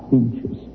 inches